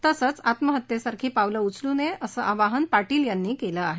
तसंच आत्महत्येसारखी पावलं उचलू नयेत असे आवाहन पाटील यांनी केलं आहे